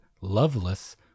loveless